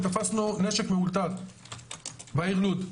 ותפשנו נשק מאולתר בעיר לוד,